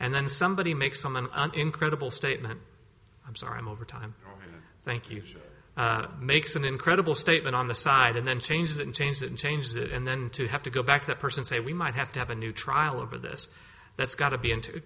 and then somebody makes some an incredible statement i'm sorry i'm over time thank you makes an incredible statement on the side and then change that and change that and change that and then to have to go back to that person say we might have to have a new trial over this that's got to be into